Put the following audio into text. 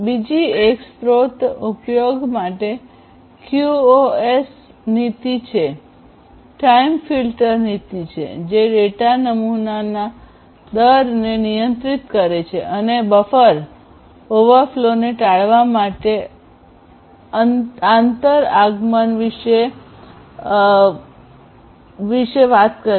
બીજી એક સ્રોત ઉપયોગ માટે ક્યુઓએસ નીતિ છે ટાઇમ ફિલ્ટર નીતિ જે ડેટા નમૂનાના દરને નિયંત્રિત કરે છે અને બફર ઓવરફ્લોને ટાળવા માટે આંતર આગમન સમય વિશે વાત કરે છે